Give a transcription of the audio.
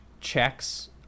checks